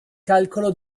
calcolo